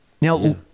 Now